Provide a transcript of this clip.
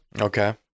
Okay